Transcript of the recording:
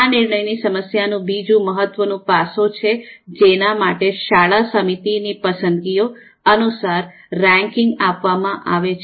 આ નિર્ણયની સમસ્યાનું બીજું મહત્વનું પાસો છે જેના માટે શાળા સમિતિની પસંદગીઓ અનુસાર રેન્કિંગ આપવામાં આવે છે